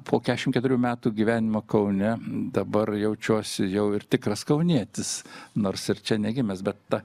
po keturiasdešimt keturių metų gyvenimo kaune dabar jaučiuosi jau ir tikras kaunietis nors ir čia negimęs bet